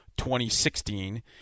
2016